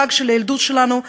החג של הילדות שלנו,